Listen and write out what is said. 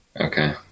Okay